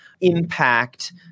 impact